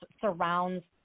surrounds